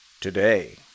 Today